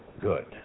good